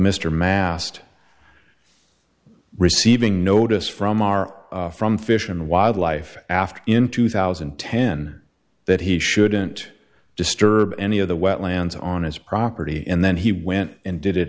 mr mast receiving notice from our from fish and wildlife after in two thousand and ten that he shouldn't disturb any of the wetlands on his property and then he went and did it